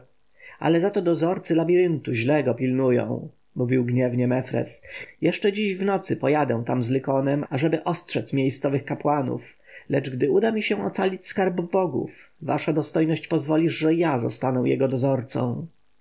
ale zato dozorcy labiryntu źle go pilnują mówił gniewnie mefres jeszcze dziś w nocy pojadę tam z lykonem aby ostrzec miejscowych kapłanów lecz gdy uda mi się ocalić skarb bogów wasza dostojność pozwolisz że ja zostanę jego dozorcą